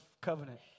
covenant